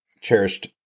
Cherished